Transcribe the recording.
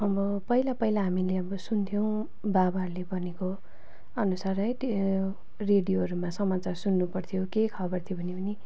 अब पहिला पहिला हामीले अब सुन्थ्यौँ बाबाहरूले भनेको अनुसारै त्यो रेडियोहरूमा समाचार सुन्नुपर्थ्यो केही खबर थियो भने पनि